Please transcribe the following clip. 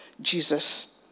Jesus